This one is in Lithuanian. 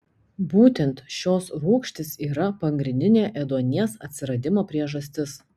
būtent šios rūgštys yra pagrindinė ėduonies atsiradimo priežastis